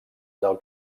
del